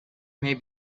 may